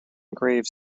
graves